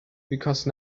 because